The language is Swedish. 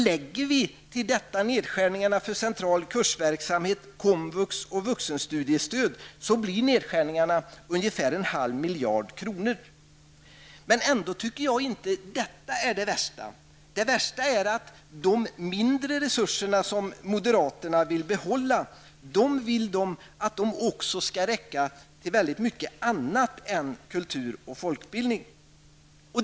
Lägger vi till detta nedskärningarna för central kursverksamhet, komvux och vuxenstudiestöd blir nedskärningarna ungefär en halv miljard. Jag tycker ändå inte att detta är det värsta. Det värsta är att moderaterna vill att de mindre resurser som ändå skall anslås också skall räcka till väldigt mycket annat än kultur och folkbildning.